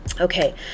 Okay